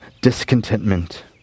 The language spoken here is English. discontentment